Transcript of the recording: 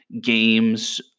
games